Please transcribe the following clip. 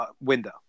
window